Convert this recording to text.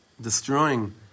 destroying